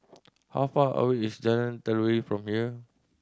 how far away is Jalan Telawi from here